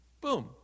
Boom